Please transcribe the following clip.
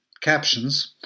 captions